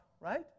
Right